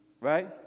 right